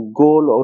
goal